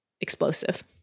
explosive